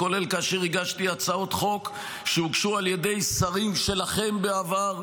כולל כאשר הגשתי הצעות חוק שהוגשו על ידי שרים שלכם בעבר.